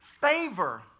Favor